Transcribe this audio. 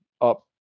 up